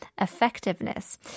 effectiveness